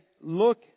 look